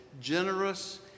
generous